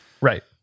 right